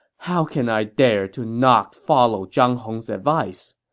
how can i dare to not follow zhang hong's advice?